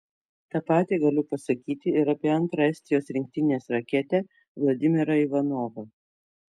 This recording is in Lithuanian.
tą patį galiu pasakyti ir apie antrą estijos rinktinės raketę vladimirą ivanovą